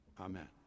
Amen